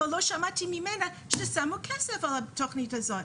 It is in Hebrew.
אבל לא שמעתי ממנה ששמו כסף על התוכנית הזאת.